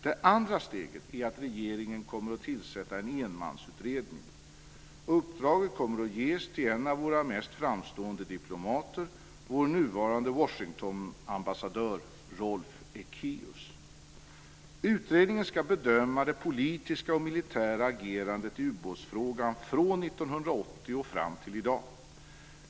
Det andra steget är att regeringen kommer att tillsätta en enmansutredning. Uppdraget kommer att ges till en av våra mest framstående diplomater, vår nuvarande Washingtonambassadör Rolf Ekéus. Utredningen ska bedöma det politiska och militära agerandet i ubåtsfrågan från 1980 och fram till i dag.